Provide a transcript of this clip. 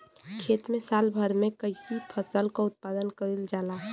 खेत में साल भर में कई फसल क उत्पादन कईल जाला